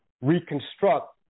reconstruct